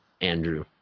andrew